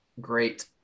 great